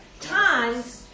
times